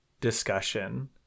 discussion